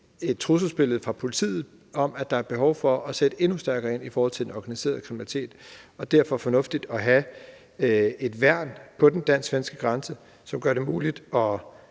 et trusselsbillede fra politiet om, at der er behov for at sætte endnu stærkere ind i forhold til den organiserede kriminalitet, og derfor er det fornuftigt at have et værn på den dansk-svenske grænse, som både gør det muligt at